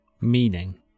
Meaning